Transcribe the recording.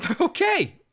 Okay